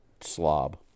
slob